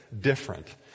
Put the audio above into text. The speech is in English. different